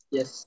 Yes